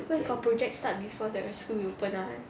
where got project start before the school reopen [one]